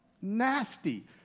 nasty